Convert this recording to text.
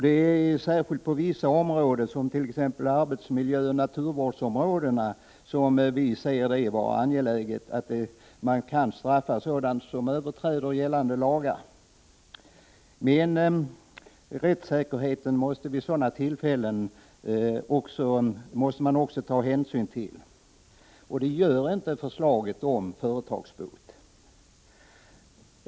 Det är särskilt på vissa områden, t.ex. arbetsmiljöoch naturvårdsområdena, som vi anser att det är angeläget att överträdelser av gällande lagar kan straffas. Vid sådana tillfällen måste man också ta hänsyn till rättssäkerheten, men det görs inte i förslaget om företagsbot.